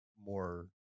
more